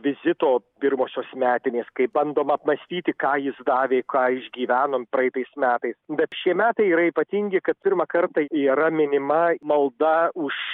vizito pirmosios metinės kai bandoma apmąstyti ką jis davė ką išgyvenom praeitais metais bet šie metai yra ypatingi kad pirmą kartą yra minima malda už